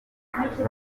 banjye